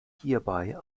hierbei